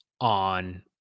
on